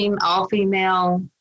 all-female